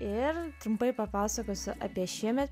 ir trumpai papasakosiu apie šiemet